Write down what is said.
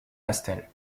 pastels